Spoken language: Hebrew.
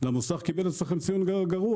קיבל אצלכם ציון גרוע